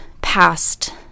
past